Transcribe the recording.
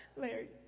Larry